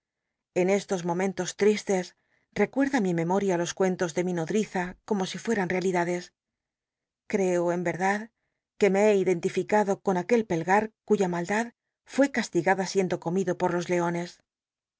en estos momentos li'íslcs recuerda mi memoria los cuentos de mi nodriza como si fueran realidades creo en crdad que me he identificado con aquel pulgar cuya maldad fué castigada siendo comido por los leones